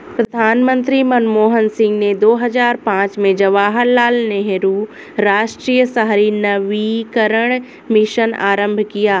प्रधानमंत्री मनमोहन सिंह ने दो हजार पांच में जवाहरलाल नेहरू राष्ट्रीय शहरी नवीकरण मिशन आरंभ किया